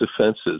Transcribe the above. defenses